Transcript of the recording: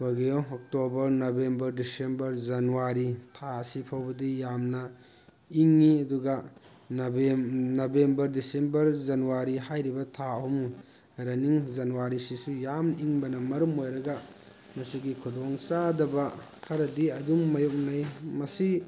ꯑꯩꯈꯣꯏꯒꯤ October November December January ꯊꯥ ꯑꯁꯤꯐꯥꯎꯕꯗꯤ ꯌꯥꯝꯅ ꯏꯪꯉꯤ ꯑꯗꯨꯒ ꯅꯕꯦꯝꯕꯔ ꯗꯤꯁꯦꯝꯕꯔ ꯖꯅꯋꯥꯔꯤ ꯍꯥꯏꯔꯤꯕ ꯊꯥ ꯑꯍꯨꯝ ꯔꯟꯅꯤꯡ ꯖꯅꯋꯥꯔꯤꯁꯤꯁꯨ ꯌꯥꯝ ꯏꯪꯕꯅ ꯃꯔꯝ ꯑꯣꯏꯔꯒ ꯃꯁꯤꯒꯤ ꯈꯨꯗꯣꯡ ꯆꯥꯗꯕ ꯈꯔꯗꯤ ꯑꯗꯨꯝ ꯃꯌꯣꯛꯅꯩ ꯃꯁꯤ